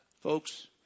Folks